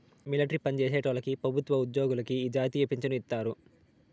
military పన్జేసేటోల్లకి పెబుత్వ ఉజ్జోగులకి ఈ జాతీయ పించను ఇత్తారు